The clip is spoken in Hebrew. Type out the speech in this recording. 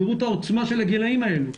תראו את העוצמה של הגילאים האלה.